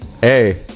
Hey